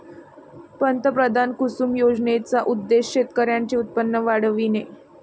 पंतप्रधान कुसुम योजनेचा उद्देश शेतकऱ्यांचे उत्पन्न वाढविणे